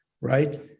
right